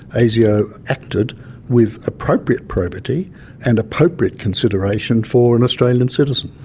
asio acted with appropriate probity and appropriate consideration for an australian citizen.